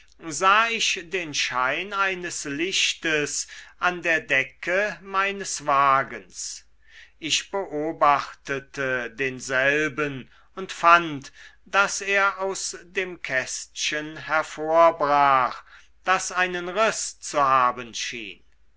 sah ich den schein eines lichtes an der decke meines wagens ich beobachtete denselben und fand daß er aus dem kästchen hervorbrach das einen riß zu haben schien